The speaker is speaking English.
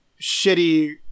shitty